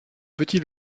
petits